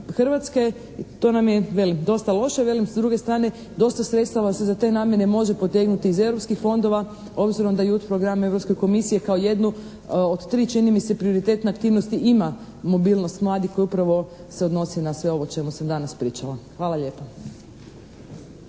Hrvatske, to nam je velim dosta loše. Kažem, s druge strane, dosta sredstava se za te namjene može potegnuti iz europskih fondova obzirom da …/Govornik se ne razumije./… program Europske komisije kao jednu od tri čini mi se prioritetne aktivnosti ima mobilnost mladih koji upravo se odnose na sve ovo o čemu sam danas pričala. Hvala lijepa.